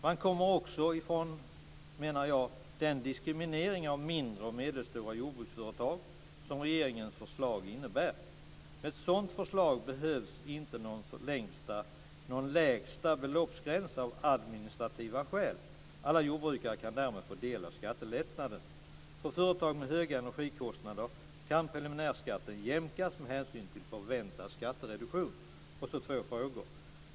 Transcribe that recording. Man kommer också ifrån den diskriminering av mindre och medelstora jordbruksföretag som regeringens förslag innebär. Med ett sådant förslag behövs inte någon lägsta beloppsgräns av administrativa skäl. Alla jordbrukare kan därmed få del av skattelättnader. För företag med höga energikostnader kan preliminärskatten jämkas med hänsyn till förväntad skattereduktion. Jag har två frågor.